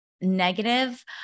negative